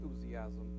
enthusiasm